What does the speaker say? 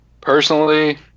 Personally